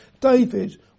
David